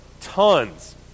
tons